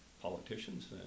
politicians